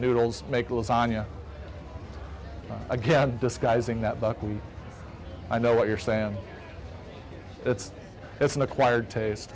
noodles make lasagna again disguising that i know what you're saying it's it's an acquired taste